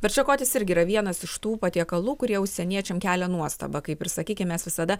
bet šakotis irgi yra vienas iš tų patiekalų kurie užsieniečiam kelia nuostabą kaip ir sakykim mes visada